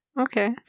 Okay